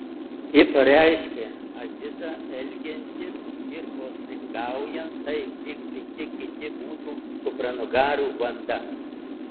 ji pareiškė azizą elgiantis ir postringaujant taip lyg visi kiti būtų kupranugarių banda